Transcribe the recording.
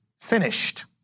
finished